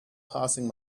passing